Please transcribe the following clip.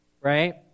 Right